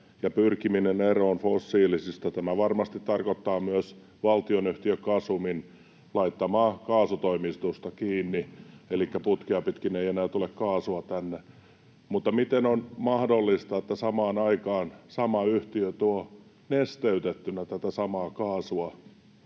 ”pyrkiminen eroon fossiilisista”. Tämä varmasti tarkoittaa myös valtionyhtiö Gasumin kiinni laittamaa kaasutoimitusta, elikkä putkea pitkin ei enää tule kaasua tänne. Mutta miten on mahdollista, että samaan aikaan sama yhtiö tuo nesteytettynä tätä samaa kaasua